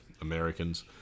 Americans